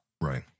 Right